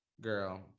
Girl